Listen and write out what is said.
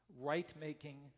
right-making